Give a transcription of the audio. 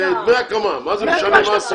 את דמי ההקמה, מה זה דמי הקמה ומה הסיבה.